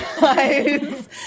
guys